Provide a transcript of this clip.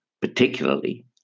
particularly